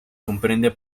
comprende